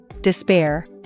despair